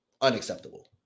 Unacceptable